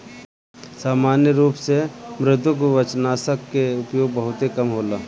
सामान्य रूप से मृदुकवचनाशक के उपयोग बहुते कम होला